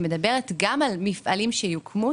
שמדברת גם על מפעלים שיוקמו,